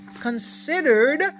considered